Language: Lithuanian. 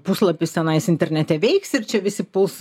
puslapis tenais internete veiks ir čia visi puls